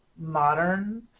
modern